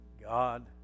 God